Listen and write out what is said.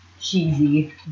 cheesy